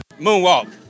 moonwalk